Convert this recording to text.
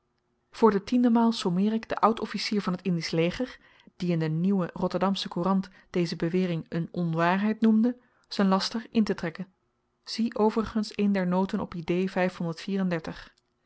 voor den tienden maal sommeer ik den oud officier van t indisch leger die in de n rott cour deze bewering n onwaarheid noemde z'n laster intetrekken zie overigens een der noten op